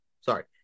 Sorry